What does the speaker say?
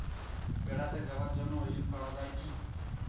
বেড়াতে যাওয়ার জন্য ঋণ পাওয়া যায় কি?